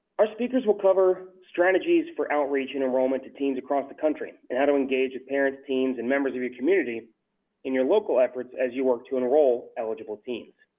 our speakers will cover strategies for outreach and enrollment to teens across the country and how to engage parents, teens, and members of your community in your local efforts as you work to enroll eligible teens.